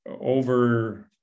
over